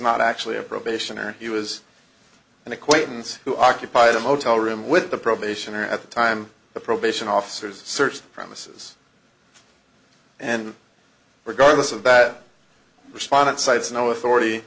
not actually a probation or he was an acquaintance who occupied a motel room with the probationer at the time the probation officers searched the premises and regardless of that respondent cites no authority